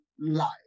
life